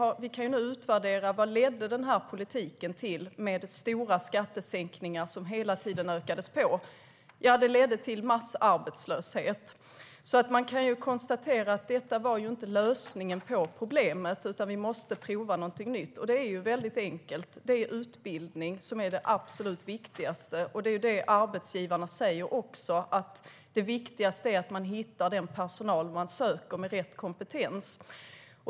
Vi kan nu utvärdera: Vad ledde den här politiken till - det var stora skattesänkningar som hela tiden ökades på. Ja, den ledde till massarbetslöshet. Man kan konstatera att detta inte var lösningen på problemet, utan vi måste prova någonting nytt. Det är väldigt enkelt. Det är utbildning som är det absolut viktigaste. Det är det som också arbetsgivarna säger. Det viktigaste är att man hittar personal med rätt kompetens.